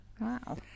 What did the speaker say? Wow